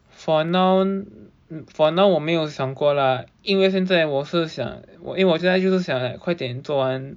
for now for now 我没有想过啦因为现在我是想我因为我现在就是想快点做完